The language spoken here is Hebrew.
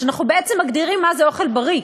בעצם אנחנו מגדירים מה זה אוכל בריא.